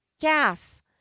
gas